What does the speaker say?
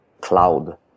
cloud